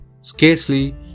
scarcely